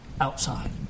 outside